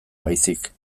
baizik